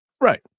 Right